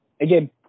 again